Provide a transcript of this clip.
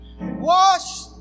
Washed